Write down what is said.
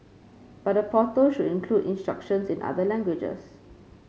but the portal should include instructions in other languages